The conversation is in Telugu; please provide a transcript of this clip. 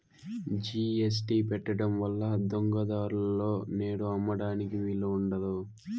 జీ.ఎస్.టీ పెట్టడం వల్ల దొంగ దారులలో నేడు అమ్మడానికి వీలు ఉండదు